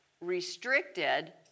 restricted